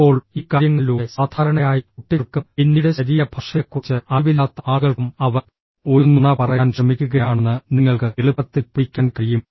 ഇപ്പോൾ ഈ കാര്യങ്ങളിലൂടെ സാധാരണയായി കുട്ടികൾക്കും പിന്നീട് ശരീരഭാഷയെക്കുറിച്ച് അറിവില്ലാത്ത ആളുകൾക്കും അവർ ഒരു നുണ പറയാൻ ശ്രമിക്കുകയാണെന്ന് നിങ്ങൾക്ക് എളുപ്പത്തിൽ പിടിക്കാൻ കഴിയും